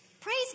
Praise